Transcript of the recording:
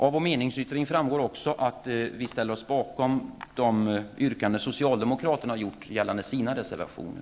Av vår meningsyttring framgår också att vi ansluter oss till de yrkanden som socialdemokraterna har ställt beträffande sina reservationer.